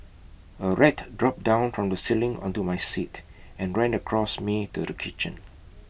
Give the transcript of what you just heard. A rat dropped down from the ceiling onto my seat and ran across me to the kitchen